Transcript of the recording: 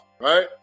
right